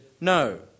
no